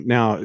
Now